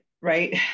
right